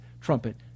trumpet